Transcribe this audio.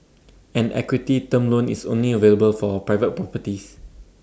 an equity term loan is only available for private properties